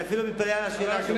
אני אפילו מתפלא על השאלה שלך.